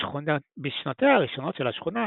בשנותיה הראשונות של השכונה,